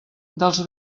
dels